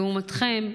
לעומתכם,